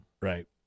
Right